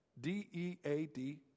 D-E-A-D